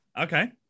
Okay